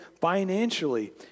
financially